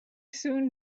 soon